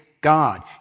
God